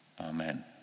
Amen